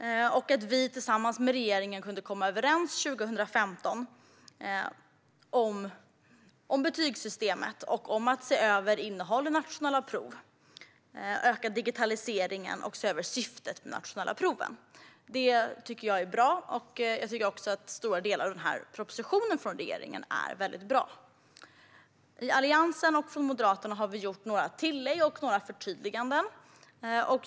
Jag är glad över att vi och dagens regeringspartier kunde komma överens 2015 om betygssystemet och om att se över innehållet i nationella prov, öka digitaliseringen och se över syftet med de nationella proven. Detta är bra, och stora delar av regeringens proposition är också väldigt bra. I Alliansen och Moderaterna har vi gjort några tillägg och några förtydliganden.